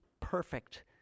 perfect